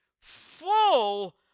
full